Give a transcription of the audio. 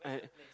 and